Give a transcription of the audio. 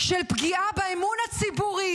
של פגיעה באמון הציבורי